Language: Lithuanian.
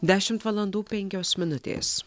dešimt valandų penkios minutės